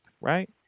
Right